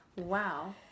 Wow